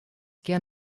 gern